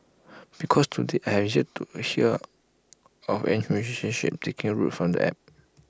because to date I have yet to hear of any relationship taking root from the app